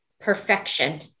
perfection